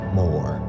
more